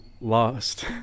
lost